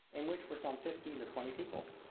in which were some fifteen or twenty people.